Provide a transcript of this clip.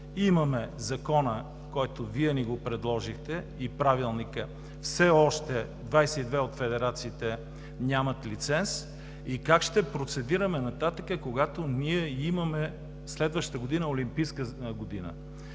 имаме Закона, който Вие ни го предложихте, и Правилника, все още 22 от федерациите нямат лиценз? И как ще процедираме нататък, когато ние следващата година имаме Олимпийска година,